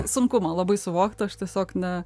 sunku man labai suvokt aš tiesiog ne